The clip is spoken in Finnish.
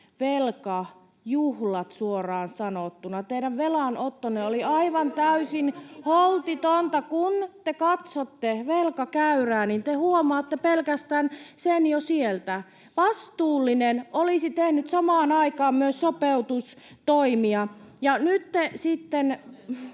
eri mieltä äsken!] Teidän velanottonne oli aivan täysin holtitonta. Kun te katsotte velkakäyrää, niin te huomaatte sen pelkästään jo sieltä. Vastuullinen olisi tehnyt samaan aikaan myös sopeutustoimia, [Pia Viitasen